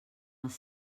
els